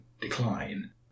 decline